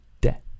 death